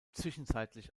zwischenzeitlich